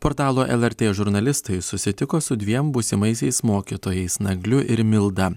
portalo lrt žurnalistai susitiko su dviem būsimaisiais mokytojais nagliu ir milda